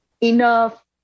enough